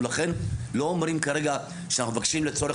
אנחנו לכן לא אומרים כרגע שאנחנו מבקשים לצורך